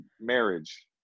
marriage